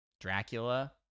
dracula